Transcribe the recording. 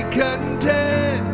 content